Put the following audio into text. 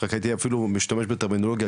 רק הייתי משתמש בטרמינולוגיה,